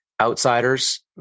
outsiders